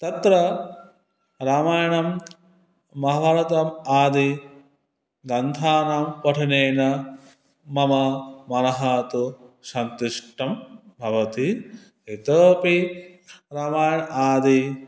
तत्र रामायणं महाभारतम् आदिग्रन्थानां पठनेन मम मनः तु सन्तुष्टं भवति इतोऽपि रामायण आदि